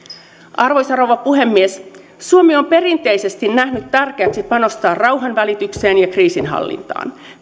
arvoisa rouva puhemies suomi on perinteisesti nähnyt tärkeäksi panostaa rauhanvälitykseen ja kriisinhallintaan